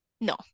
No